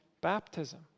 baptism